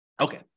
okay